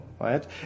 right